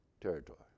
territory